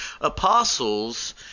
apostles